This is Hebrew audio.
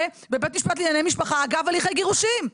בבית המשפט לענייני משפחה אגב הליכי גירושין,